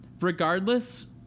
regardless